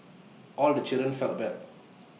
all the children felt bad